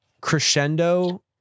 crescendo